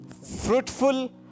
Fruitful